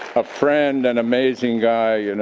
a friend and amazing guy, and